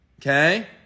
Okay